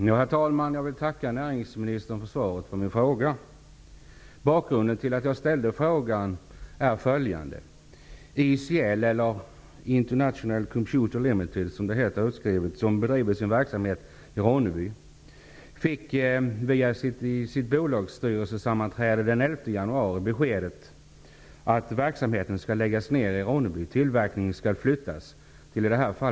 Herr talman! Jag tackar näringsministern för svaret på min fråga. Bakgrunden till att jag ställde frågan är följande.